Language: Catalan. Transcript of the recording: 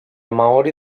maori